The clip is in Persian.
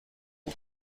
بود